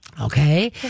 Okay